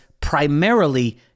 primarily